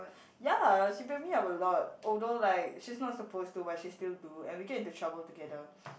ya she pick me up a lot although like she's not supposed to but she still do and we get into trouble together